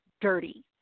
dirty